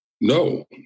No